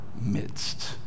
midst